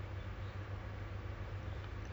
oh um